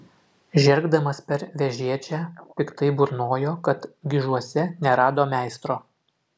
žergdamas per vežėčią piktai burnojo kad gižuose nerado meistro